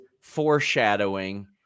foreshadowing